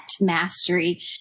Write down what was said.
mastery